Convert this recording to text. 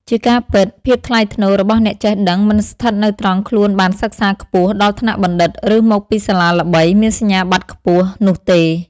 ជាការពិត ភាពថ្លៃថ្នូរ របស់អ្នកចេះដឹង មិនស្ថិតនៅត្រង់ខ្លួនបានសិក្សាខ្ពស់ ដល់ថ្នាក់បណ្ឌិត ឬមកពីសាលាល្បី មានសញ្ញាបត្រខ្ពស់ នោះទេ។